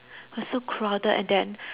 was so crowded and then